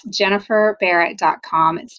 jenniferbarrett.com